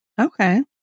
okay